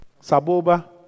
Saboba